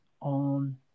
on